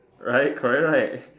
right correct right